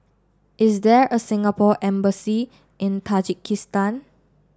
is there a Singapore Embassy in Tajikistan